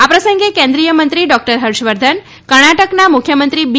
આ પ્રસંગે કેન્દ્રીય મંત્રી ડોક્ટર હર્ષવર્ધન કર્ણાટકના મુખ્યમંત્રી બી